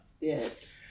Yes